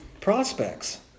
prospects